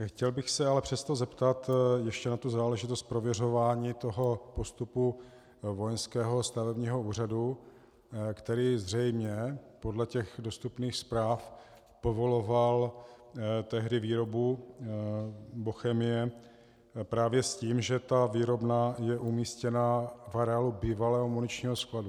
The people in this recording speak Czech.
Chtěl bych se ale přesto zeptat ještě na tu záležitost prověřování postupu Vojenského stavebního úřadu, který zřejmě podle dostupných zpráv povoloval tehdy výrobu Bochemie právě s tím, že výrobna je umístěna v areálu bývalého muničního skladu.